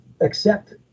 accept